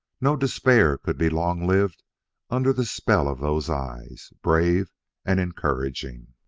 no despair could be long-lived under the spell of those eyes, brave and encouraging.